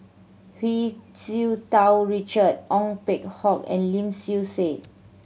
Hu Tsu Tau Richard Ong Peng Hock and Lim Swee Say